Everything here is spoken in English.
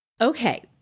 Okay